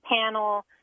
panel